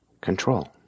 control